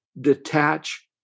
detach